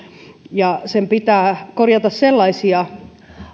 ja sen pitää korjata sellaisia